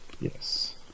Yes